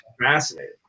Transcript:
fascinating